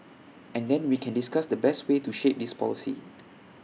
and then we can discuss the best way to shape this policy